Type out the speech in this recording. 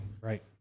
Right